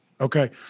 Okay